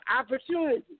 opportunities